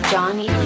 Johnny